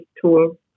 tool